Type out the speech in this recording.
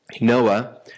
Noah